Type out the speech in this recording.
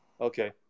Okay